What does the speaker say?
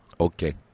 Okay